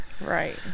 Right